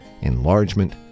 enlargement